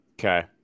Okay